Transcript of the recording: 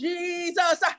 Jesus